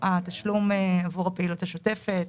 התשלום עבור הפעילות השוטפת,